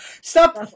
Stop